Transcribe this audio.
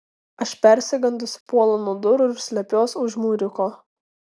aš persigandusi puolu nuo durų ir slepiuos už mūriuko